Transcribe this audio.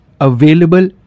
available